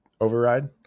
override